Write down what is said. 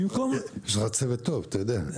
יש לך צוות טוב, אתה יודע.